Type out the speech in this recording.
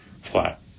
flat